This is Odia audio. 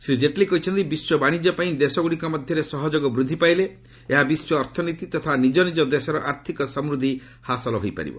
ଶ୍ରୀ ଜେଟ୍ଲୀ କହିଚ୍ଚନ୍ତି ବିଶ୍ୱ ବାଶିଜ୍ୟ ପାଇଁ ଦେଶଗୁଡ଼ିକ ମଧ୍ୟରେ ସହଯୋଗ ବୃଦ୍ଧି ପାଇଲେ ଏହା ବିଶ୍ୱ ଅର୍ଥନୀତି ତଥା ନିକ୍କନିକ ଦେଶର ଆର୍ଥକ ସମୃଦ୍ଧି ହାସଲ ହୋଇପାରିବ